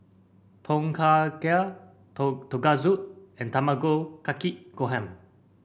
Tom Kha Gai Tonkatsu and Tamago Kake Gohan